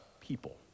people